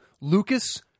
Lucas